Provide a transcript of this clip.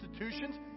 institutions